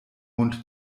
mund